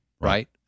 right